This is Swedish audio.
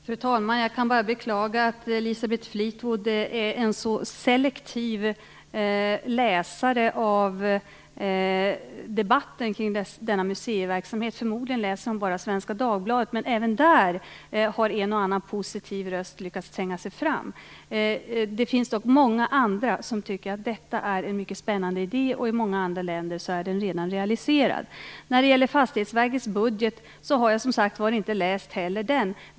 Fru talman! Jag kan bara beklaga att Elisabeth Fleetwoods läsning om debatten kring denna museiverksamhet är så selektiv. Förmodligen läser hon bara Svenska Dagbladet. Men även där har en och annan positiv röst lyckats tränga fram. Det finns dock många andra som tycker att detta är en mycket spännande idé. I många andra länder är den redan realiserad. Jag har som sagt var inte heller läst Fastighetsverkets budget.